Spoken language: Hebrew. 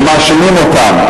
ומאשימים אותם.